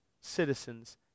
citizens